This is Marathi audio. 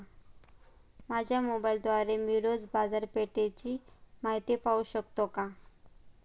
माझ्या मोबाइलद्वारे मी रोज बाजारपेठेची माहिती पाहू शकतो का?